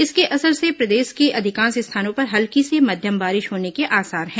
इसके असर से प्रदेश के अधिकांश स्थानों पर हल्की से मध्यम बारिश होने के आसार हैं